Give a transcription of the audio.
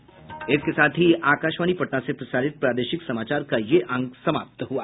इसके साथ ही आकाशवाणी पटना से प्रसारित प्रादेशिक समाचार का ये अंक समाप्त हुआ